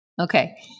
Okay